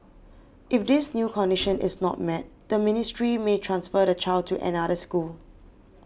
if this new condition is not met the ministry may transfer the child to another school